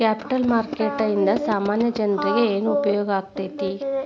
Capital ಮಾರುಕಟ್ಟೇಂದಾ ಸಾಮಾನ್ಯ ಜನ್ರೇಗೆ ಏನ್ ಉಪ್ಯೊಗಾಕ್ಕೇತಿ?